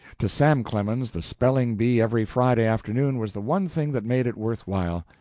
to sam clemens, the spelling-bee every friday afternoon was the one thing that made it worth while.